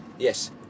Yes